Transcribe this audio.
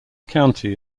county